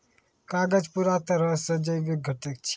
कागज पूरा तरहो से जैविक घटक छै